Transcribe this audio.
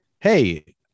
hey